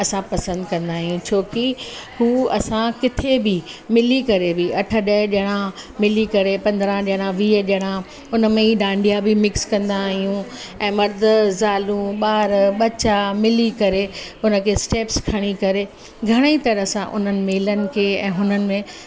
असां पसंदि कंदा आहियूं छोकि हू असां किथे बि मिली करे बि अठ ॾह ॼणा मिली करे पंद्रहं ॼणा वीह ॼणा हुन में ई डांडिया बि मिक्स कंदा आहियूं ऐं मर्द ज़ालूं ॿार बच्चा मिली करे हुन खे स्टैप्स खणी करे घणेई तरह सां हुननि मेलनि खे ऐं हुननि में